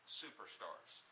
superstars